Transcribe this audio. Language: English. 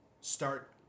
start